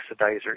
oxidizer